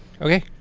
okay